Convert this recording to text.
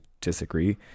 disagree